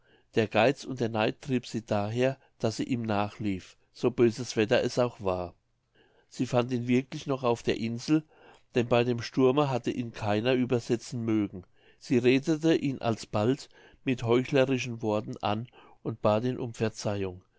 der geiz und der neid trieben sie daher daß sie ihm nachlief so böses wetter es auch war sie fand ihn wirklich noch auf der insel denn bei dem sturme hatte ihn keiner übersetzen mögen sie redete ihn alsbald mit heuchlerischen worten an und bat ihn um verzeihung